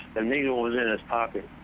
a needle was in his pocket.